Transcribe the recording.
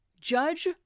Judge